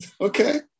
Okay